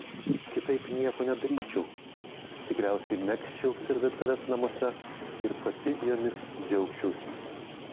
kitaip nieko nedaryčiau tikriausiai megzčiau servetėles namuose ir pati jomis džiaugčiausi